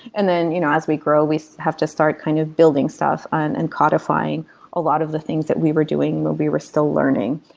and then you know as we grow, we have to start kind of building stuff and codifying a lot of the things that we were doing while we were still learning.